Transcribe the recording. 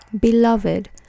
Beloved